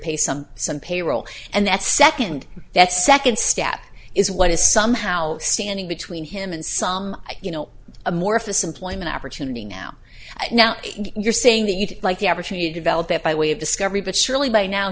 pay some some payroll and that second that second step is what is somehow standing between him and some you know amorphous employment opportunity now now you're saying that you'd like ever to develop that by way of discovery but surely by now